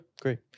great